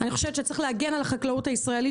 אני חושבת שצריך להגן על החקלאות הישראלית